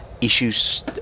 issues